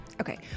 Okay